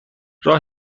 راه